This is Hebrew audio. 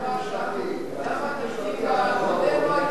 בתקציב הקודם לא היתה סטייה.